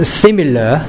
similar